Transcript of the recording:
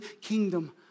kingdom